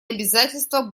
обязательства